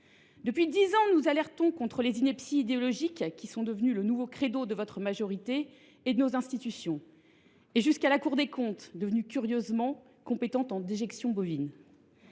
Depuis dix ans, nous alertons sur les inepties idéologiques qui sont devenues le nouveau credo de votre majorité et de nos institutions, jusqu’à la Cour des comptes, devenue curieusement compétente en matière de déjections bovines.